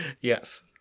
Yes